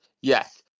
yes